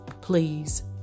please